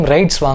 Rights